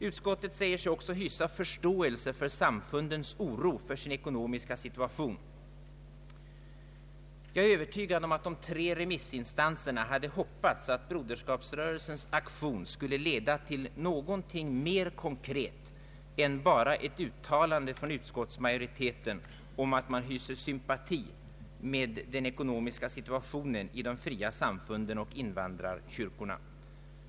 Utskottet säger sig också hysa förståelse för samfundens oro för sin ekonomiska situation. Jag är övertygad om att de tre remissinstanserna hade hoppats att Broderskapsrörelsens aktion skulle leda till någonting mera konkret än bara ett uttalande från utskottsmajoriteten om att man hyser sympati med de fria samfunden och invandrarkyrkorna för deras ekonomiska situation.